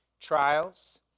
trials